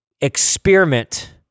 experiment